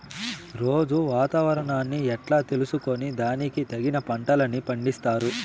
రోజూ వాతావరణాన్ని ఎట్లా తెలుసుకొని దానికి తగిన పంటలని పండిస్తారు?